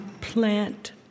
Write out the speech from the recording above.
plant